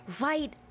right